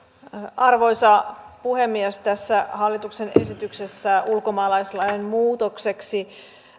arvoisa puhemies tässä hallituksen esityksessä ulkomaalaislain muutokseksi